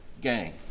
gang